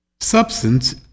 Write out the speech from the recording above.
Substance